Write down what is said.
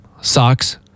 socks